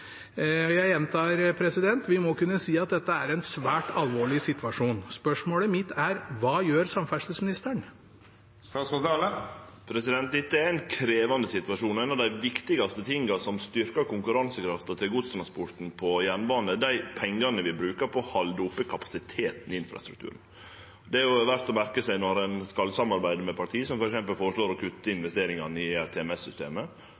Jeg gjentar: Vi må kunne si at dette er en svært alvorlig situasjon. Spørsmålet mitt er: Hva gjør samferdselsministeren? Dette er ein krevjande situasjon. Noko av det viktigaste som styrkjer konkurransekrafta til godstransporten på jernbane, er dei pengane vi bruker på å halde oppe kapasiteten i infrastrukturen. Det er verdt å merke seg når ein skal samarbeide med parti som f.eks. føreslår å kutte